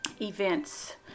events